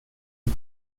die